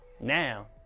now